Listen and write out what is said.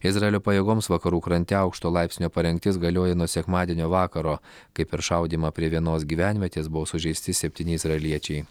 izraelio pajėgoms vakarų krante aukšto laipsnio parengtis galioja nuo sekmadienio vakaro kai per šaudymą prie vienos gyvenvietės buvo sužeisti septyni izraeliečiai